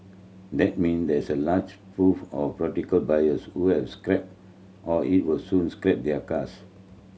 that mean there is a large pool of buyers who have scrapped or it will soon scrap their cars